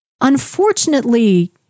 Unfortunately